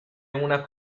una